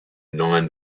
non